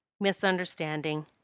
misunderstanding